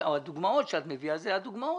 והדוגמאות שאת מביאה אלה הדוגמאות.